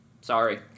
Sorry